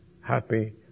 happy